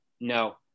no